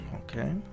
Okay